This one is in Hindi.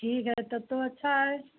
ठीक है तब तो अच्छा है